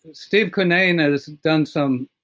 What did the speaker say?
steve cunnane has done some.